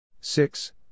Six